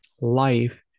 Life